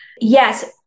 yes